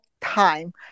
time